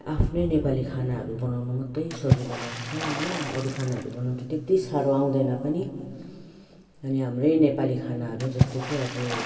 आफ्नै नेपाली खानाहरू बनाउनु मात्रै सजिलो लाग्छ हो अरू खानाहरू बनाउनु चाहिँ त्यत्ति साह्रो आउँदैन पनि अनि हाम्रै नेपाली खानाहरू जस्तो कि अब